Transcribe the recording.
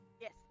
Yes